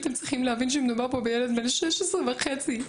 אתם צריכים להבין שמדובר פה בילד בן שש עשרה וחצי,